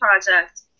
project